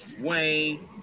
Wayne